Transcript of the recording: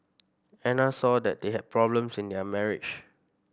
Anna saw that they had problems in their marriage